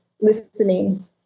listening